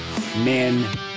men